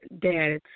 dad